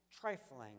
trifling